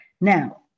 Now